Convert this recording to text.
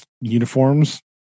uniforms